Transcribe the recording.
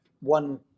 one